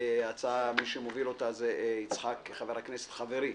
מי שמוביל את ההצעה זה חבר הכנסת חברי